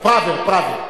פראוור, פראוור.